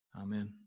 amen